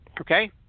Okay